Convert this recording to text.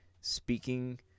speaking